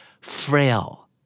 Frail